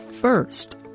First